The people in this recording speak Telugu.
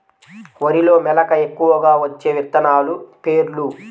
వరిలో మెలక ఎక్కువగా వచ్చే విత్తనాలు పేర్లు?